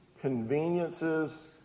conveniences